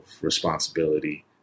responsibility